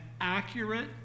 accurate